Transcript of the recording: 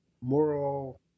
moral